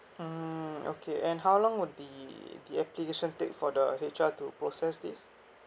mmhmm okay and how long would the the application take for the H_R to process this